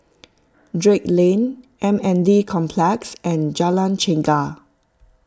Drake Lane M N D Complex and Jalan Chegar